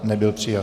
Nebyl přijat.